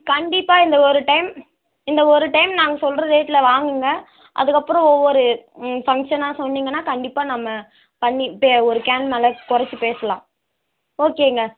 கண்டிப்பாக இந்த ஒரு டைம் இந்த ஒரு டைம் நாங்கள் சொல்கிற ரேட்டில் வாங்குங்கள் அதுக்கப்புறம் ஒவ்வொரு ம் ஃபங்க்ஷன்னா சொன்னீங்கன்னால் கண்டிப்பாக நம்ம தண்ணி இப்போ ஒரு கேன் நல்லா கொறச்சு பேசலாம் ஓகேங்க